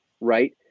right